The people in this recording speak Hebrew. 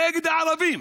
נגד הערבים.